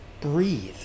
breathe